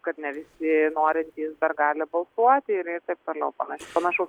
kad ne visi norintys dar gali balsuoti ir taip toliau panašaus pobūdžio